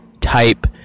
type